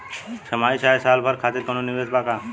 छमाही चाहे साल भर खातिर कौनों निवेश बा का?